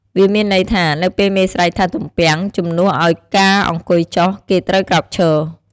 វាមានន័យថា នៅពេលមេស្រែកថា "ទំពាំង" ជំនួយឱ្យការអង្គុយចុះ គេត្រូវក្រោកឈរ។